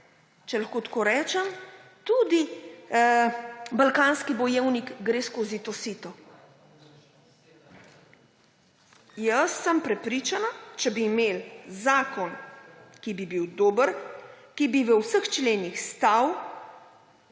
če lahko tako rečem, tudi balkanski bojevnik gre skozi to sito? Jaz sem prepričana, če bi imeli zakon, ki bi bil dober, ki bi v vseh členih stal,